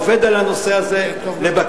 עובד על הנושא הזה לבקשתי.